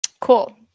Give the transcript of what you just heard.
Cool